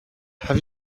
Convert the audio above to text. have